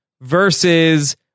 versus